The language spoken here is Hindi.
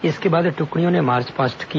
इसके बाद टुकड़ियों ने मार्चपास्ट किया